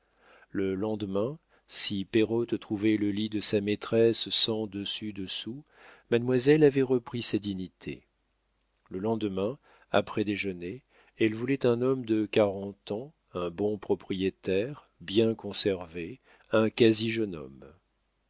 le lendemain si pérotte trouvait le lit de sa maîtresse sens dessus dessous mademoiselle avait repris sa dignité le lendemain après déjeuner elle voulait un homme de quarante ans un bon propriétaire bien conservé un quasi jeune homme